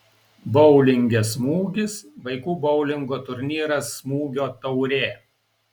boulinge smūgis vaikų boulingo turnyras smūgio taurė